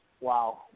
Wow